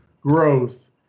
growth